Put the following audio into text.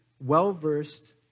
well-versed